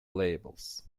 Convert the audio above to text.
labels